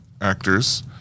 actors